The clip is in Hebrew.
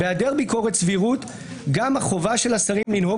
בהיעדר ביקורת סבירות גם החובה של השרים לנהוג